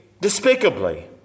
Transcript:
despicably